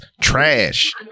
Trash